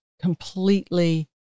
completely